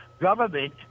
government